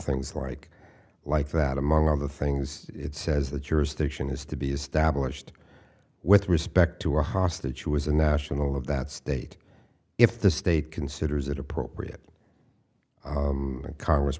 things like like that among other things it says the jurisdiction has to be established with respect to a hostage who is a national of that state if the state considers it appropriate congress